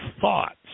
thoughts